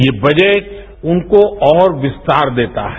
ये बजट उनको और विस्तार देता है